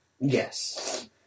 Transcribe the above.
Yes